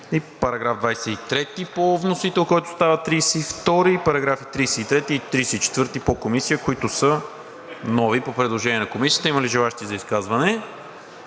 и § 23 по вносител, който става § 32, параграфи 33 и 34 по Комисия, които са нови по предложение на Комисията. Има ли желаещи за изказване?